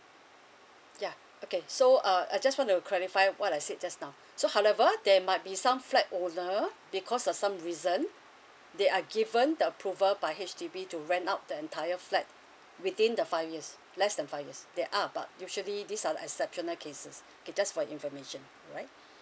yeah okay so uh I just want to clarify what I said just now so however there might be some flat owner because uh some reason they are given the approval by H_D_B to rent out the entire flat within the five years less than five years there are about usually this uh exceptional cases okay just for information alright